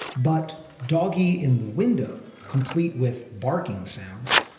but doggie in the window, complete with barking sounds,